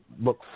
look